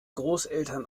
großeltern